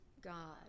God